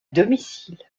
domicile